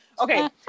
okay